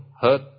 hurt